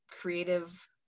creative